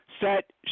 set